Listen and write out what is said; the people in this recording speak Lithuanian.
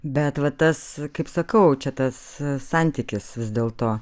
bet va tas kaip sakau čia tas santykis vis dėlto